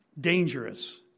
dangerous